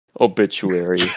obituary